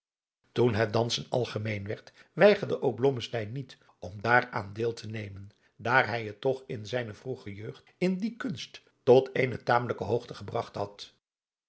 toen het dansen algemeen werd weigerde ook blommesteyn niet om daaraan deel te nemen daar hij het toch in zijne vroege jeugd in die kunst tot eene tamelijke hoogte gebragt had